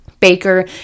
Baker